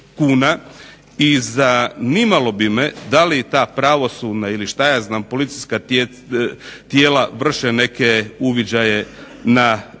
i zanimalo bi me da li ta pravosudna ili policijska tijela vrše neke uviđaje na Prisavlju.